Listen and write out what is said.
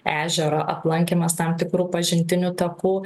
ežero aplankymas tam tikrų pažintinių takų